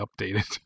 updated